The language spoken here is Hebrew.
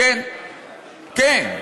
כן.